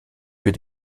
für